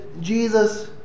Jesus